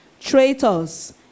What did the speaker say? traitors